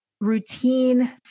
routine